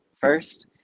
first